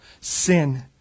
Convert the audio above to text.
sin